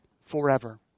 forever